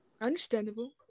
Understandable